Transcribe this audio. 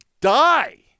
die